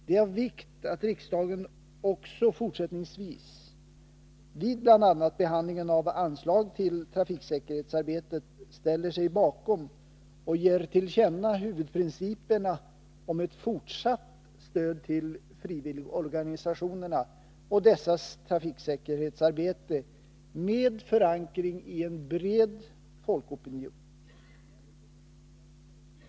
Det är av vikt att riksdagen också fortsättningsvis vid bl.a. behandlingen av anslag till trafiksäkerhetsarbetet ställer sig bakom och ger till känna huvudprinciperna om ett fortsatt stöd till frivilligorganisationerna och dessas trafiksäkerhetsarbete med förankring i en bred folkopinion.